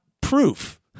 proof